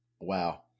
Wow